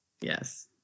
yes